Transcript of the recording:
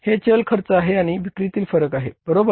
हे चल खर्च आहे आणि हे विक्रीतील फरक आहे बरोबर